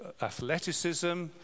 athleticism